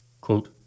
Quote